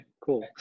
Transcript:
cool